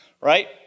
right